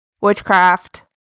witchcraft